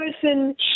person